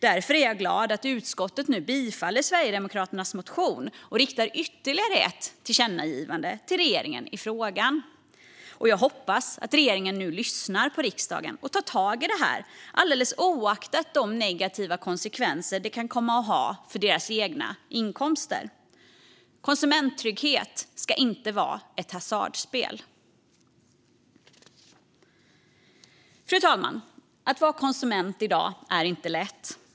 Därför är jag glad att utskottet nu tillstyrker Sverigedemokraternas motion och riktar ytterligare ett tillkännagivande till regeringen i frågan. Jag hoppas att regeringen nu lyssnar på riksdagen och tar tag i detta oaktat de negativa konsekvenser det kan komma att ha för deras egna inkomster. Konsumenttrygghet ska inte vara ett hasardspel. Fru talman! Att vara konsument i dag är inte lätt.